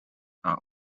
are